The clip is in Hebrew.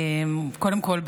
קודם כול,